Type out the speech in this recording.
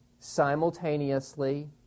simultaneously